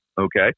okay